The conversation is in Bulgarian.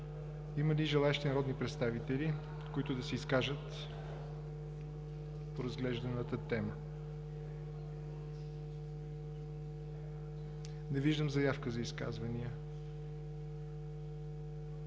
Има ли желаещи народни представители, които да се изкажат по разглежданата тема? Не виждам заявки за изказвания.